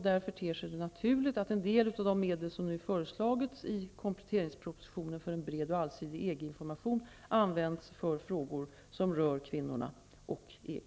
Därför ter det sig naturligt att en del av de medel som nu föreslagits i kompletteringspropositionen för en bred och allsidig EG-information används för frågor som rör kvinnorna och EG.